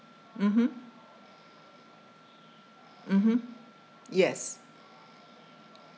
mmhmm mmhmm yes